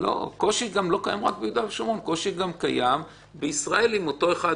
אני מתכוונת לסעיף 24(4). בוא נכתוב כאן